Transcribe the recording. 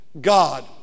God